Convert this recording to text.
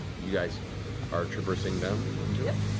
you guys are traversing down into it?